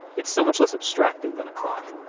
it's so much less abstracted than a clock,